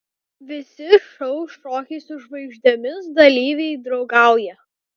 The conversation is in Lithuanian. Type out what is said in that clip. visi šou šokiai su žvaigždėmis dalyviai draugauja